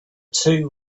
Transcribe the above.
two